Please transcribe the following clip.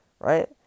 right